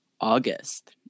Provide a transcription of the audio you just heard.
August